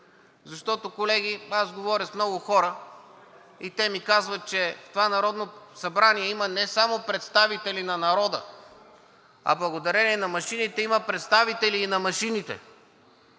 Защото, колеги, говоря с много хора и те ми казват, че в това Народно събрание има не само представители на народа, а благодарение на машините има представители и на машините.